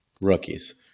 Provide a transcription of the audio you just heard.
rookies